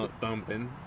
thumping